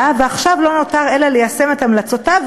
ועכשיו לא נותר אלא ליישם את המלצותיו,